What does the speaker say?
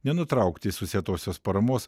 nenutraukti susietosios paramos